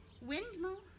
windmill